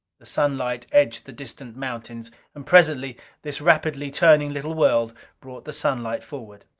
the sunlight edged the distant mountains and presently this rapidly turning little world brought the sunlight forward.